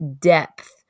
depth